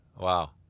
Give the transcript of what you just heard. Wow